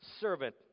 servant